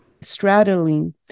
straddling